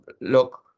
look